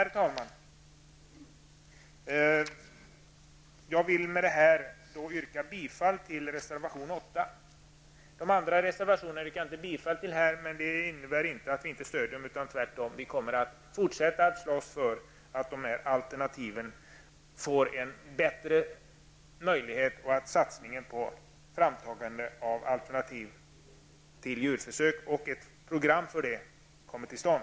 Med det sagda yrkar jag bifall till reservation nr 8. Övriga reservationer yrkar jag inte bifall till just nu. Det innebär dock inte att vi inte stödjer dem. Vi kommer tvärtom att fortsätta att slåss för bättre möjligheter när det gäller alternativen och satsningen på ett framtagande av alternativ till djurförsök samt för att ett program för detta kommer till stånd.